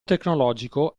tecnologico